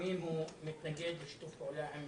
שלפעמים הוא מתנגד לשיתוף פעולה עם